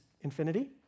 infinity